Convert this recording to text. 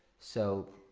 so,